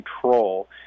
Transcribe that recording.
control